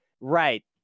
right